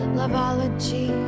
loveology